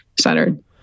centered